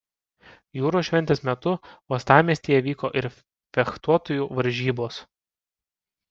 jūros šventės metu uostamiestyje vyko ir fechtuotojų varžybos